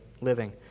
living